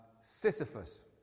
Sisyphus